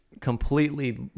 completely